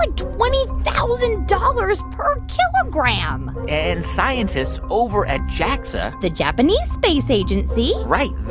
like twenty thousand dollars per kilogram and scientists over at jaxa. the japanese space agency right.